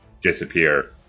disappear